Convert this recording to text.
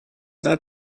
that